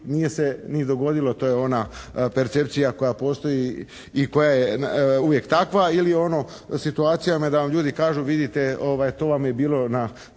nije se ni dogodilo. To je ona percepcija koja postoji i koja je uvijek takva ili ono u situacijama da vam ljudi kažu vidite to vam je bilo na